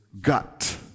gut